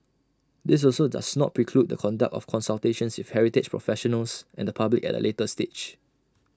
this also does not preclude the conduct of consultations with heritage professionals and the public at A later stage